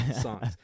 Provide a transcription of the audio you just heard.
songs